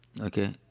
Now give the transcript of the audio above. Okay